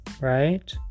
right